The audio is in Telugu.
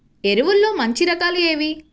ఎరువుల్లో మంచి రకాలు ఏవి?